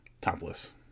topless